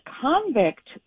convict